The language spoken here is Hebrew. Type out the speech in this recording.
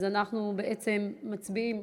אז אנחנו בעצם מצביעים